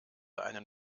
einen